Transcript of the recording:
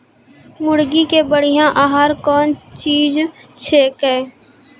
मुर्गी के बढ़िया आहार कौन चीज छै के?